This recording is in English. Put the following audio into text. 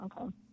Okay